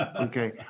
okay